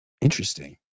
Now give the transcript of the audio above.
Interesting